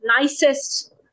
nicest